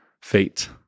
fate